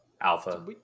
Alpha